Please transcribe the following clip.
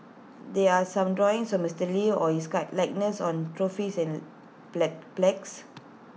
there are some drawings of Mister lee or his guy likeness on trophies and plague plagues